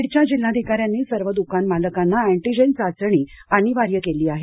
बीडच्या जिल्हाधिकार्यानी सर्व दुकानमालकांना अँटीजेन चाचणी अनिवार्य केली आहे